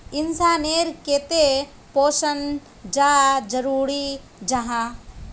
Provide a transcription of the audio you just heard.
इंसान नेर केते पोषण चाँ जरूरी जाहा?